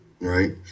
Right